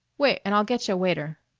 wait an' i'll getcha waiter.